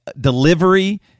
delivery